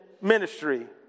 ministry